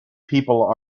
people